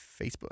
Facebook